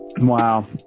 Wow